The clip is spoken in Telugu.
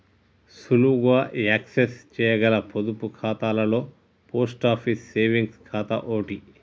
సులువుగా యాక్సెస్ చేయగల పొదుపు ఖాతాలలో పోస్ట్ ఆఫీస్ సేవింగ్స్ ఖాతా ఓటి